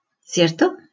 ¿cierto